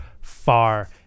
far